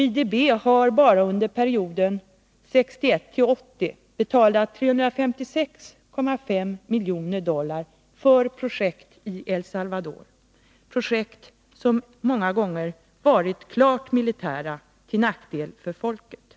IDB har bara under befrielserörelserna perioden 1961-1980 betalat 356,5 miljoner dollar för projekt i El Salvador, ; EI Salvador och projekt som många gånger varit klart militära och till nackdel för folket.